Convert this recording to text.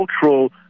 cultural